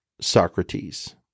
Socrates